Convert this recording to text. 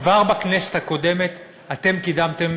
כבר בכנסת הקודמת אתם קידמתם